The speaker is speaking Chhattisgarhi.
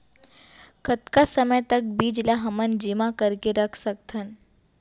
कतका समय तक बीज ला हमन जेमा करके रख सकथन?